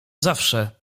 zawsze